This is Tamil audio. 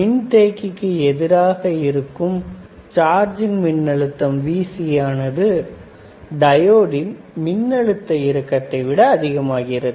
மின்தேக்கிக்கு எதிராக இருக்கும் சார்ஜிங் மின்னழுத்தம் Vc ஆனது டையோடின் மின்னழுத்த இறக்கத்தைவிட அதிகமாகிறது